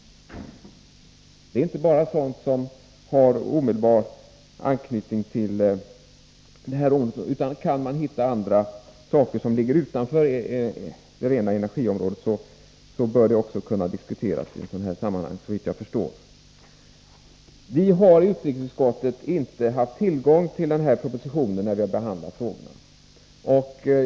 Det gäller inte bara sådant som har omedelbar anknytning till energiområdet, såvitt jag förstår. Vi har inte i utrikesutskottet haft tillgång till denna proposition när vi behandlade frågorna.